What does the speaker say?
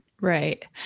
Right